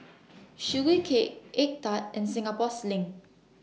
Sugee Cake Egg Tart and Singapore Sling